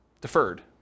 Deferred